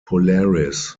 polaris